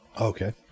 Okay